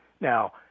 now